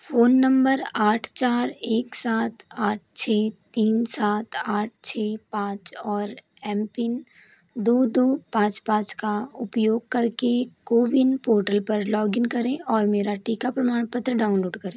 phone number आठ चार एक सात आठ छः तीन सात आठ छः पाँच और एम पिन दो दो पाँच पाँच का उपयोग करके कोविन पोर्टल पर लॉगइन करें और मेरा टीका प्रमाणपत्र डाउनलोड करें